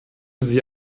sie